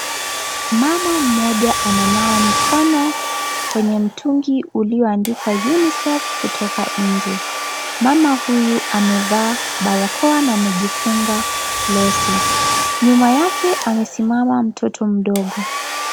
Mama mmoja ananawa mkono kwenye mtungi ulioandikwa unicef kutoka nje , mama huyu amevaa barakoa na amejifunga leso , nyuma yake amesimama mtoto mdogo.